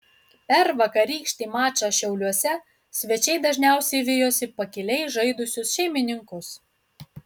per vakarykštį mačą šiauliuose svečiai dažniausiai vijosi pakiliai žaidusius šeimininkus